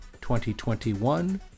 2021